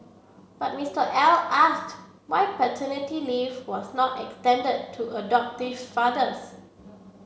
but Mr L asked why paternity leave was not extended to adoptive fathers